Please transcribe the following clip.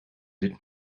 dit